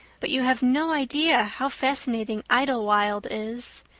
but you have no idea how fascinating idlewild is.